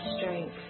strength